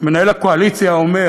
שמנהל הקואליציה אומר.